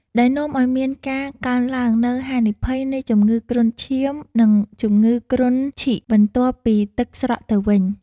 ដែលនាំឱ្យមានការកើនឡើងនូវហានិភ័យនៃជំងឺគ្រុនឈាម និងជំងឺគ្រុនឈីកបន្ទាប់ពីទឹកស្រកទៅវិញ។